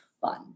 fun